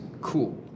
cool